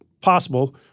possible